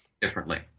differently